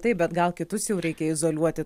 taip bet gal kitus jau reikia izoliuoti